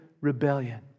rebellion